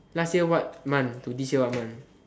last year what month to this year what month